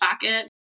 pocket